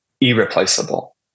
irreplaceable